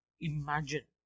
imagine